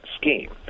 scheme